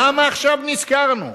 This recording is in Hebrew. למה עכשיו נזכרנו?